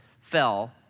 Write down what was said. fell